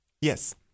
yes